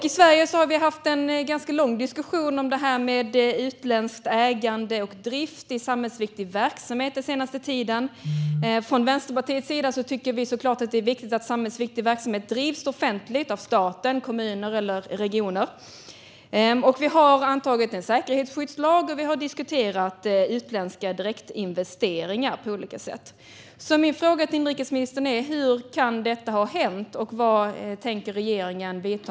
I Sverige har vi haft en lång diskussion om utländskt ägande och utländsk drift i samhällsviktig verksamhet den senaste tiden. Vänsterpartiet tycker såklart att det är viktigt att samhällsviktig verksamhet drivs offentligt av staten, kommuner eller regioner. Vi har antagit en säkerhetsskyddslag, och vi har diskuterat utländska direktinvesteringar på olika sätt. Min fråga till inrikesministern är: Hur kan detta ha hänt, och vilka åtgärder tänker regeringen vidta?